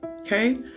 Okay